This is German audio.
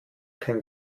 kein